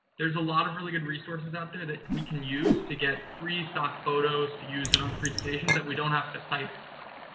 there's a lot of really good resources out there that we can use to get free stock photos to use in our presentation that we don't have cite anybody.